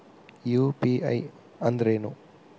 UPI ಅಂದ್ರೇನು?